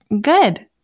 Good